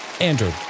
Andrew